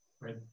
right